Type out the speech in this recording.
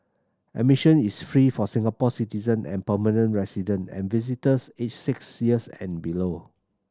admission is free for Singapore citizen and permanent resident and visitors aged six years and below